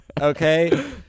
Okay